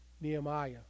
Nehemiah